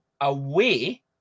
away